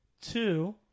Two